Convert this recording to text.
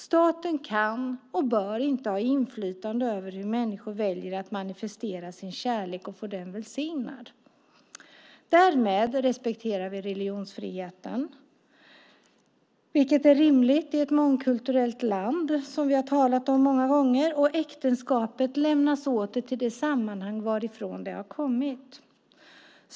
Staten kan och bör inte ha inflytande över hur människor väljer att manifestera sin kärlek och få den välsignad. Därmed respekterar vi religionsfriheten, vilket är rimligt i ett mångkulturellt land, som vi många gånger har talat om, och äktenskapet lämnas åter till det sammanhang varifrån det har kommit.